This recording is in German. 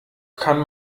kann